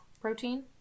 protein